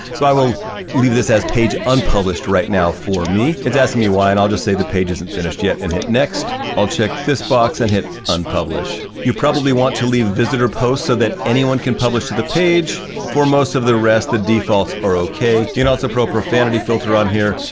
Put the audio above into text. so i will leave this as page unpublished right now for me. it's asking me why, and i'll just say the page isn't finished yet and hit next. i'll check this box and hit unpublished. you probably want to leave visitor posts so that anyone can publish to the page. for most of the rest, the defaults are okay. you can know also put profanity filter on here,